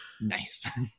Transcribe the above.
Nice